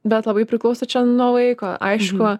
bet labai priklauso čia nuo vaiko aišku